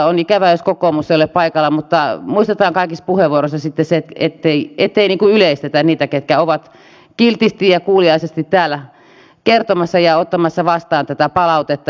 on ikävää jos kokoomus ei ole paikalla mutta muistetaan kaikissa puheenvuoroissa sitten ettei yleistetä kun on niitä jotka ovat kiltisti ja kuuliaisesti täällä kertomassa ja ottamassa vastaan tätä palautetta